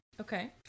okay